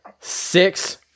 Six